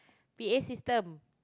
P_A system